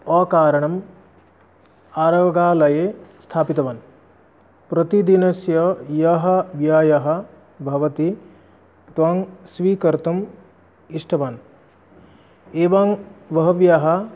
अकारणम् आरोग्यालये स्थापितवान् प्रतिदिनस्य यः व्ययः भवति तं स्वीकर्तुम् इष्टवान् एवं बह्व्यः